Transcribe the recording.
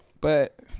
But-